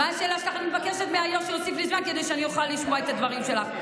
אני מבקשת מהיו"ר שיוסיף לי זמן כדי שאני אוכל לשמוע את הדברים שלה.